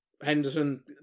Henderson